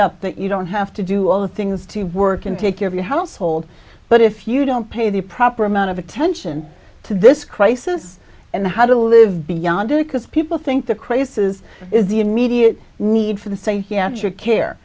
up that you don't have to do all the things to work and take care of your household but if you don't pay the proper amount of attention to this crisis and how to live beyond do it because people think the crazes is the immediate need for the sa